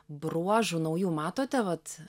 bruožų naujų matote vat